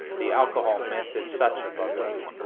the alcohol myth is such a bugaboo.